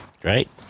Great